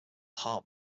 heart